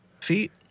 feet